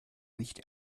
nicht